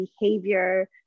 behavior